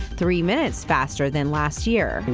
three minutes faster than last year.